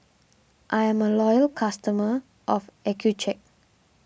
I am a loyal customer of Accucheck